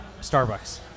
Starbucks